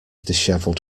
disheveled